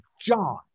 John